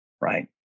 Right